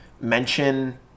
mention